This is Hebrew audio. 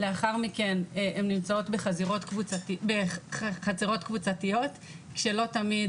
לאחר מכן הן נמצאות בחצרות קבוצתיות כשלא תמיד